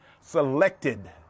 selected